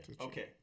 Okay